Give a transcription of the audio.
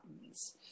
patterns